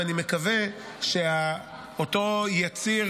ואני מקווה שאותו יציר,